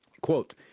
quote